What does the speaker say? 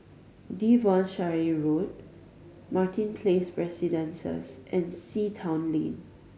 Devonshire Road Martin Place Residences and Sea Town Lane